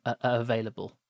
available